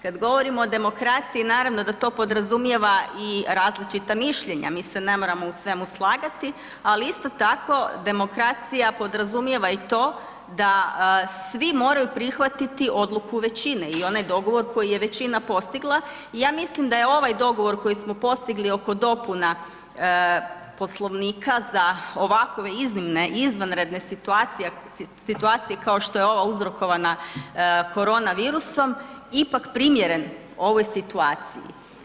Kad govorimo o demokraciji, naravno da to podrazumijeva i različita mišljenja, mi se ne moramo u svemu slagati, ali isto tako, demokracija podrazumijeva i to, da svi moraju prihvatiti odluku većine i onaj dogovor koji je većina postigla, i ja mislim da je ovaj dogovor koji smo postigli oko dopuna Poslovnika za ovakove iznimne, izvanredne situacije kao što je ova uzrokovana koronavirusom, ipak primjeren ovoj situaciji.